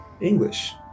English